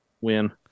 Win